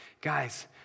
Guys